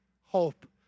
hope